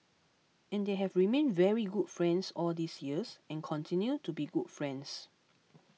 and they have remained very good friends all these years and continue to be good friends